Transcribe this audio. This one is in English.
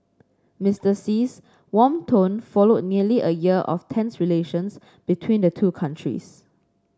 Mister Xi's warm tone followed nearly a year of tense relations between the two countries